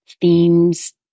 themes